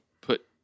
put